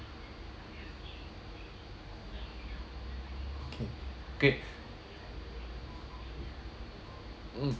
okay great mm